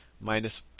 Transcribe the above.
minus